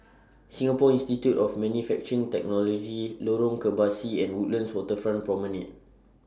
Singapore Institute of Manufacturing Technology Lorong Kebasi and Woodlands Waterfront Promenade